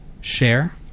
share